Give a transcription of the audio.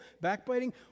backbiting